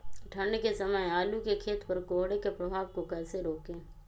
ठंढ के समय आलू के खेत पर कोहरे के प्रभाव को कैसे रोके?